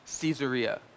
Caesarea